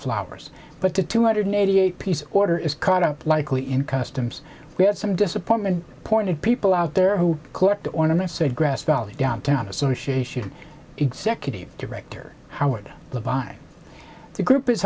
flowers but the two hundred eighty eight peace order is caught up likely in customs we had some disappointment pointed people out there who collect ornaments said grass valley downtown association executive director howard led by the group is